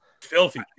Filthy